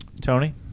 Tony